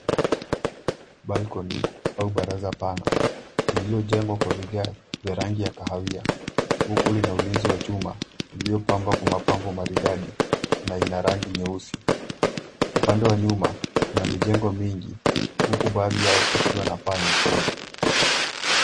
(cs)Balcony (cs)au baraza pana iliyojengwa kwa vigae vya rangi ya kahawia huku lina ulinzi wa chuma iliyopambwa kwa mapambo maridadi na ina rangi nyeusi. Upande wa nyuma kuna mijengo mingi huku baadhi yao ikiwa na paa nyekundu.